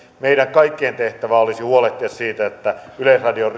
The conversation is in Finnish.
meidän kaikkien tehtävä olisi huolehtia siitä että yleisradion